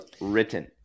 written